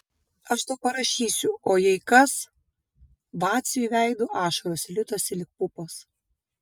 aš tau parašysiu o jei kas vaciui veidu ašaros ritosi lyg pupos